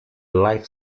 life